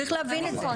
צריך להבין את זה.